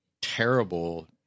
terrible